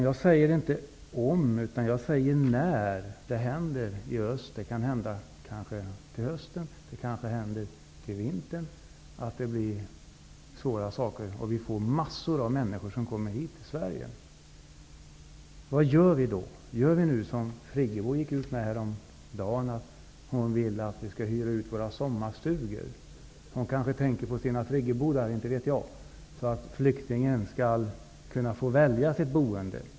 Jag säger inte om, utan jag säger när, det kommer att hända något i öst. Det kanske händer något till hösten, kanske till vintern. Massor av människor kan komma hit till Sverige. Vad gör vi då? Skall vi göra som Friggebo säger? Hon sade häromdagen att våra sommarstugor skall hyras ut. Hon kanske tänker på sina friggebodar. Inte vet jag. Flyktingen skall få välja sitt boende.